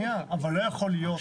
מירב,